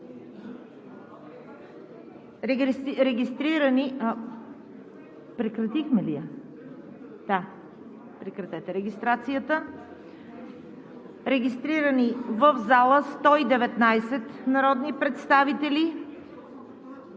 Регистрирани в залата са 119 народни представители,